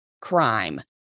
crime